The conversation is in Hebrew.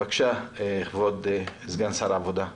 בבקשה, כבוד סגן שר העבודה,